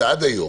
על כך שעד היום,